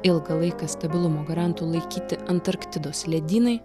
ilgą laiką stabilumo garantu laikyti antarktidos ledynai